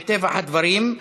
מטבע הדברים,